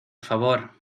favor